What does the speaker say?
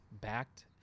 backed